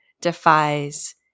defies